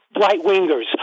right-wingers